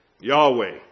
Yahweh